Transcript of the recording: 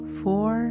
four